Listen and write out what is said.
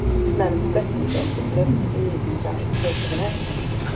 this man expressed himself with perfect ease and without a trace of an accent.